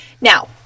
Now